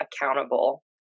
accountable